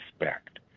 respect